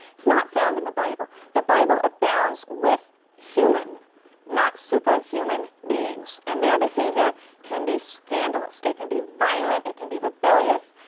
it's not found in the bible. the bible abounds with human not superhuman beings, and their behavior can be scandalous. it can be violent, it can be rebellious,